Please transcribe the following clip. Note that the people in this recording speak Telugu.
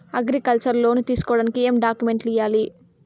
అగ్రికల్చర్ లోను తీసుకోడానికి ఏం డాక్యుమెంట్లు ఇయ్యాలి?